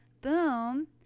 boom